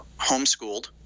homeschooled